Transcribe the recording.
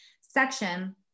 section